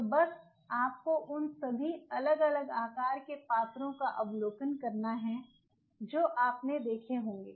तो बस आपको उन सभी अलग अलग आकार के पात्रों का अवलोकन करना है जो आपने देखे होंगे